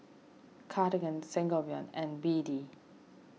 Cartigain Sangobion and B D